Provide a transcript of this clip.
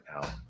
now